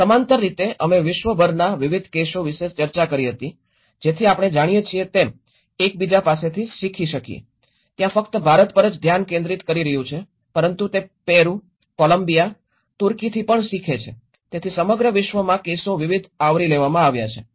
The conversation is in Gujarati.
અને સમાંતર રીતે અમે વિશ્વભરના વિવિધ કેસો વિશે ચર્ચા કરી હતી જેથી આપણે જાણીએ છીએ તેમ એકબીજા પાસેથી શીખી શકીએ ત્યાં ફક્ત ભારત પર જ ધ્યાન કેન્દ્રિત કરી રહ્યું છે પરંતુ તે પેરુ કોલમ્બિયા તુર્કીથી શીખે છે તેથી સમગ્ર વિશ્વમાં કેસો વિવિધ આવરી લેવામાં આવ્યા છે